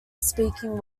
speaking